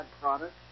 product